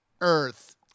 Earth